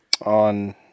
On